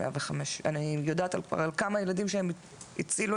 אני יודעת על כמה ילדים שהם הצילו,